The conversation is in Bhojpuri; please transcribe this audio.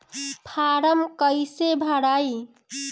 फारम कईसे भराई?